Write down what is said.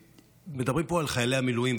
מדברים פה על חיילי המילואים.